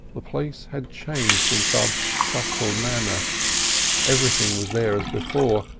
the place had changed in some subtle manner everything was there as before,